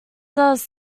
does